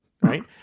right